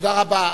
תודה רבה.